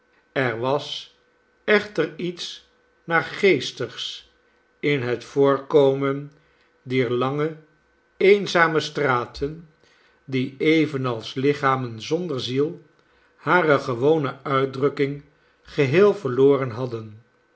er was echter iets naargeestigsinhetvoorkomendierlangeeenzame straten die evenals lichamen zonder ziel hare gewone uitdrukking geheel verloren hadden